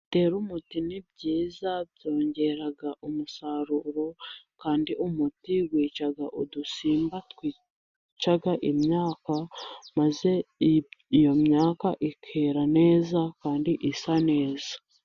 Gutera umuti ni byiza byongera umusaruro, kandi umuti wica udusimba twica imyaka, maze iyo myaka ikera neza kandi isa neza.